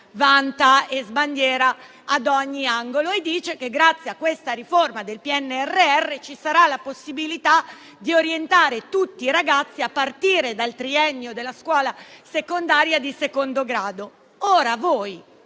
vanta e sbandiera ad ogni angolo; si dice che grazie a questa riforma del PNRR ci sarà la possibilità di orientare tutti i ragazzi, a partire dal triennio della scuola secondaria di secondo grado.